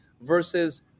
versus